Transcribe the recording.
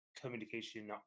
communication